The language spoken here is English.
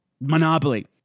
monopoly